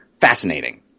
fascinating